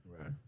right